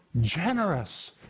generous